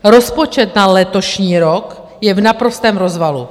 Rozpočet na letošní rok je v naprostém rozvalu.